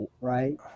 Right